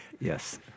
Yes